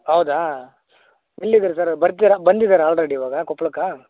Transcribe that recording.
ಹೌದಾ ಎಲ್ಲಿ ಇದೀರಾ ಸರ್ ಬರ್ತೀರಾ ಬಂದಿದೀರಾ ಆಲ್ರೆಡಿ ಇವಾಗ ಕೊಪ್ಳಕ್ಕೆ